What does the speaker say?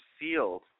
sealed